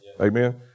Amen